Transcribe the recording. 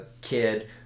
kid